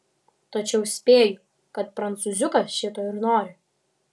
tačiau spėju kad prancūziukas šito ir nori